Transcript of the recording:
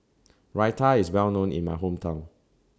Raita IS Well known in My Hometown